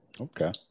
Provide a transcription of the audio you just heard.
Okay